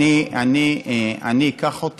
היא נמצאת במשרד הבריאות, אני אקח אותה